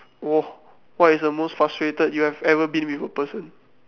!whoa! what is the most frustrated you have ever been with a person